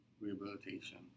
rehabilitation